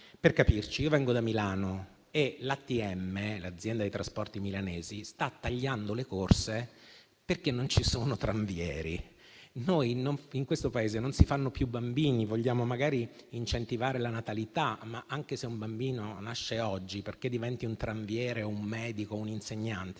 Per capirci, io vengo da Milano e l'ATM, l'azienda dei trasporti milanese, sta tagliando le corse, perché non ci sono tramvieri. In questo Paese non si fanno più bambini. Noi vogliamo magari incentivare la natalità, ma, anche se un bambino nasce oggi, perché diventi un tramviere, un medico o un insegnante,